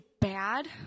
bad